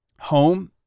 home